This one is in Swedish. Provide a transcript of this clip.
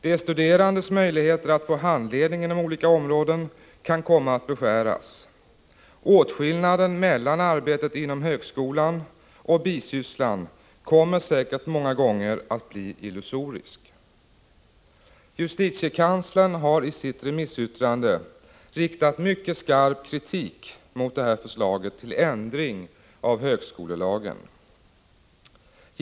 De studerandes möjligheter att få handledning inom olika områden kan komma att beskäras. Åtskillnaden mellan arbetet inom högskolan och bisysslan kommer säkert många gånger att bli illusorisk. Justitiekanslern har i sitt remissyttrande riktat mycket skarp kritik mot detta förslag till ändring av högskolelagen.